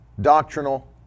doctrinal